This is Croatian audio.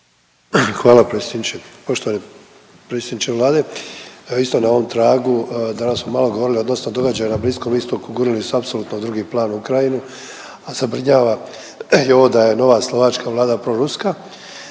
Hvala predsjedniče. Poštovani predsjedniče Vlade. Evo isto na ovom tragu danas smo malo govorili odnosno događaji na Bliskom Istoku gurnuli su apsolutno u drugi plan Ukrajinu, a zabrinjava i ovo da je nova Slovačka vlada proruska,